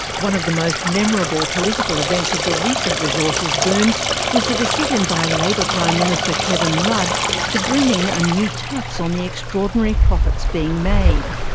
one of the most memorable political events of the recent resources boom was the decision by labor prime minister kevin rudd to bring in a new tax on the extraordinary profits being made.